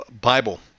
Bible